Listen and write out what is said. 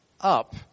up